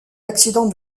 accident